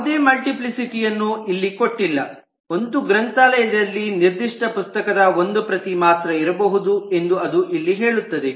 ಯಾವುದೇ ಮಲ್ಟಿಪ್ಲಿಸಿಟಿ ಯನ್ನು ಇಲ್ಲಿ ಕೊಟ್ಟಿಲ್ಲ ಒಂದು ಗ್ರಂಥಾಲಯದಲ್ಲಿ ನಿರ್ಧಿಷ್ಟ ಪುಸ್ತಕದ ಒಂದು ಪ್ರತಿ ಮಾತ್ರ ಇರಬಹುದು ಎಂದು ಅದು ಇಲ್ಲಿ ಹೇಳುತ್ತದೆ